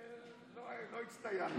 לא הצטיינתי.